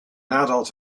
adult